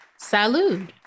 Salud